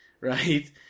right